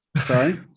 Sorry